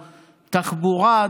תחבורה,